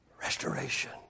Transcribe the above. Restoration